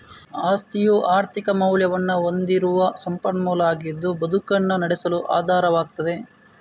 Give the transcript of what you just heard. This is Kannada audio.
ಆಸ್ತಿಯು ಆರ್ಥಿಕ ಮೌಲ್ಯವನ್ನ ಹೊಂದಿರುವ ಸಂಪನ್ಮೂಲ ಆಗಿದ್ದು ಬದುಕನ್ನ ನಡೆಸಲು ಆಧಾರವಾಗ್ತದೆ